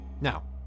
Now